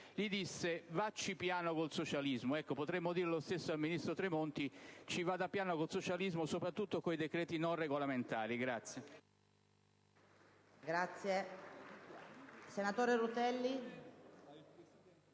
gli disse: vacci piano con il socialismo. Ecco, potremmo dire lo stesso al ministro Tremonti: ci vada piano con il socialismo, soprattutto con i decreti non regolamentari. *(Applausi dal